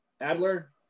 Adler